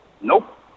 Nope